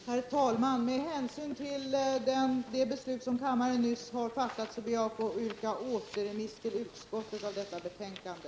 Herr talman! Med hänsyn till det beslut som kammaren nyss har fattat ber jag att få yrka återremiss till utskottet av detta betänkande.